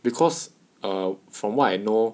because uh from what I know